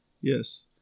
Yes